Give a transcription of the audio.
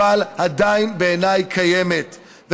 אבל, עדיין קיימת, בעיניי.